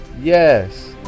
yes